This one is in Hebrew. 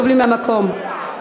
מהמקום?